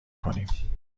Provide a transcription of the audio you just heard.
کنیم